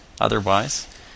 Otherwise